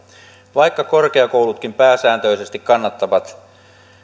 vaikka korkeakoulutkin pääsääntöisesti kannattavat